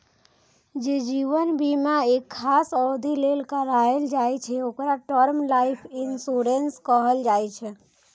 जे जीवन बीमा एक खास अवधि लेल कराएल जाइ छै, ओकरा टर्म लाइफ इंश्योरेंस कहल जाइ छै